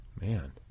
Man